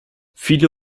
viele